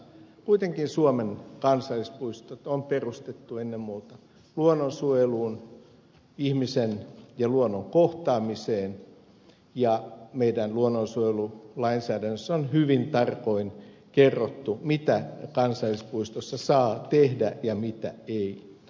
kuitenkin suomen kansallispuistot on perustettu ennen muuta luonnonsuojeluun ihmisen ja luonnon kohtaamiseen ja meidän luonnonsuojelulainsäädännössämme on hyvin tarkoin kerrottu mitä kansallispuistossa saa tehdä ja mitä ei